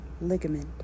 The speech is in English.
Ligament